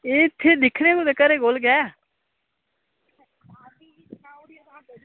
एह् इत्थें दिक्खनै आं कुदै घरे कोल गै